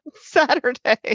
Saturday